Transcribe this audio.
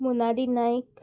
Monali Naik